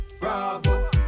Bravo